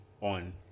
On